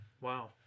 Wow